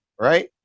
Right